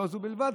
לא זו בלבד,